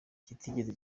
kitigeze